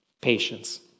patience